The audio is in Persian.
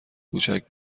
کوچک